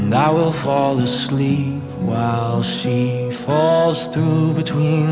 i will fall asleep while she falls through between